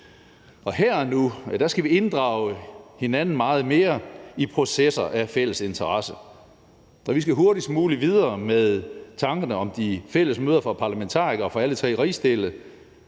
nu skal vi inddrage hinanden meget mere i processer af fælles interesse, så vi skal hurtigst muligt videre med tankerne om de fælles møder for parlamentarikere fra alle tre rigsdele.